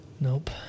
Nope